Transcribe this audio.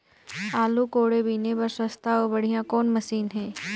आलू कोड़े बीने बर सस्ता अउ बढ़िया कौन मशीन हे?